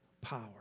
power